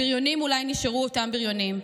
הבריונים אולי נשארו אותם בריונים,